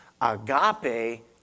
Agape